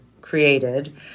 created